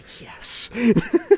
Yes